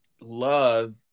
love